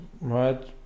right